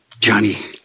Johnny